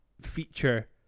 feature